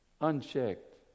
Unchecked